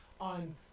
on